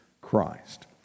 Christ